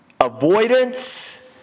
avoidance